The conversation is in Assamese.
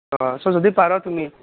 অঁ ছ' যদি পাৰ তুমি